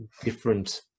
different